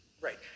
Right